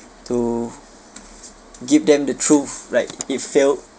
to give them the truth like it failed